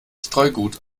streugut